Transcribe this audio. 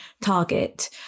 target